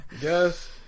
Yes